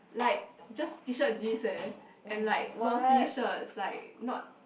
like just T shirt jeans eh and like long sleeve shirts like not